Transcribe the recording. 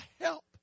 help